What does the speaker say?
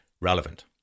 relevant